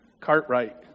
Cartwright